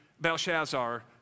Belshazzar